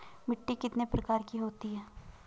मिट्टी कितने प्रकार की होती है?